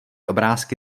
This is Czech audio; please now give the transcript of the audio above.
obrázky